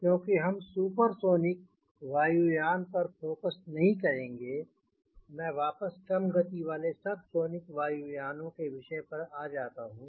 क्योंकि हम सुपरसोनिक वायुयान पर और फोकस नहीं करेंगे मैं वापस कम गति वाले सबसोनिक वायुयानो के विषय पर आ जाता हूँ